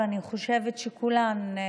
ואני חושבת שכולן,